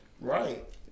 Right